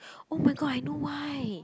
oh my god I know why